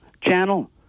channel